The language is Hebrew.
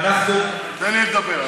תן לי לדבר.